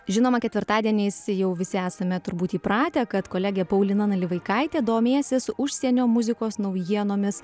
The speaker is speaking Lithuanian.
žinoma ketvirtadieniais jau visi esame turbūt įpratę kad kolegė paulina nalivaikaitė domėsis užsienio muzikos naujienomis